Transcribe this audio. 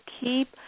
keep